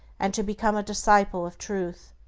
and to become a disciple of truth.